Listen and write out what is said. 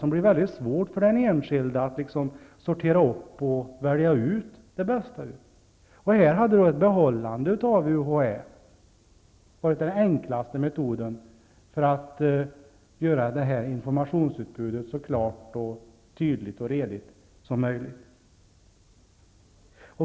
Det blir mycket svårt för den enskilde att sortera upp och välja ut det bästa materialet. Här hade ett behållande av UHÄ varit den enklaste metoden för att göra detta informationsutbud så klart, tydligt och redigt som möjligt.